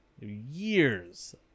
Years